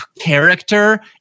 character